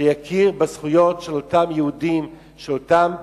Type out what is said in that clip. שיכיר בזכויות של אותם יהודים, של אותם פליטים,